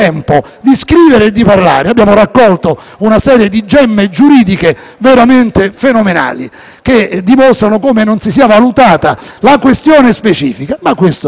che dimostrano come non si sia valutata la questione specifica. Ma questo lo scriveremo in letteratura, quando sarà tempo. Ora, però, dobbiamo giudicare la sussistenza di questi requisiti,